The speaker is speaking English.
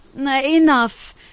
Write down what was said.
Enough